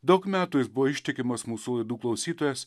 daug metų jis buvo ištikimas mūsų laidų klausytojas